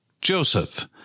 Joseph